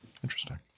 Interesting